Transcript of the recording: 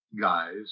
guys